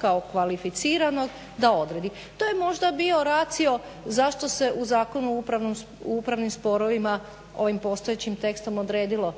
kao kvalificiranog da odredi. To je možda bio ratio zašto se u Zakonu o upravnim sporovima ovim postojećim tekstom odredilo